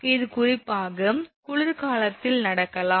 இது குறிப்பாக குளிர்காலத்தில் நடக்கலாம்